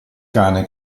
cane